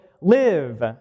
live